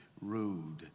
rude